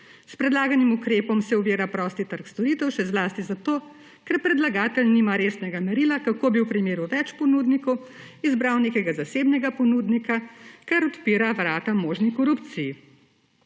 S predlaganim ukrepom se ovira prosti trg storitev, še zlasti zato, ker predlagatelj nima resnega merila, kako bi v primeru več ponudnikov izbral nekega zasebnega ponudnika, kar odpira vrata možni korupciji.